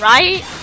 Right